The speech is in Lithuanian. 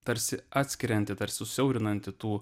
tarsi atskirianti tarsi susiaurinanti tų